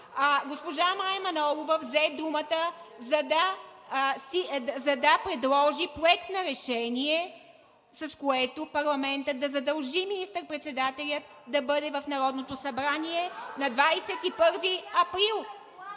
Госпожа Мая Манолова взе думата, за да предложи Проект на решение, с което парламентът да задължи министър-председателя да бъде в Народното събрание на 21 април,